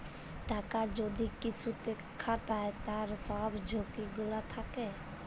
টাকা যদি কিসুতে খাটায় তার সব ঝুকি গুলা থাক্যে